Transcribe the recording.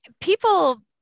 people